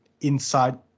inside